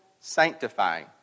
sanctifying